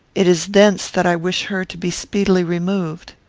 it is thence that i wish her to be speedily removed.